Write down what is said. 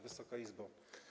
Wysoka Izbo!